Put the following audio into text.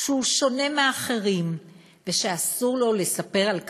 שהוא שונה מהאחרים ושאסור לו לספר על כך.